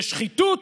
בשחיתות